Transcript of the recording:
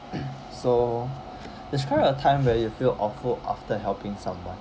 so describe a time that you feel awful after helping someone